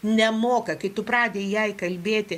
nemoka kai tu pradi jai kalbėti